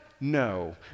No